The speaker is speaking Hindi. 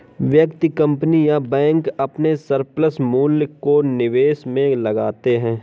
व्यक्ति, कंपनी या बैंक अपने सरप्लस मूल्य को निवेश में लगाते हैं